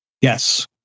Yes